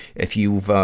if you've, ah,